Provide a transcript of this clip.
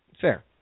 Fair